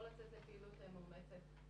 לא לצאת לפעילות מאומצת.